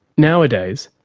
nowadays,